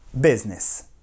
business